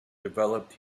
developed